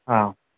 ആ